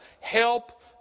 help